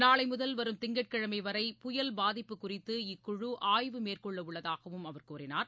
நாளை முதல் வரும் திங்கட்கிழமை வரை புயல் பாதிப்பு குறித்து இக்குழு ஆய்வு மேற்கொள்ள உள்ளதாகவும் அவர் கூறினார்